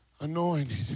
anointed